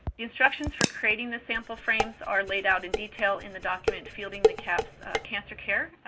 the instructions for creating the sample frames are laid out in detail in the document fielding the cahps cancer care.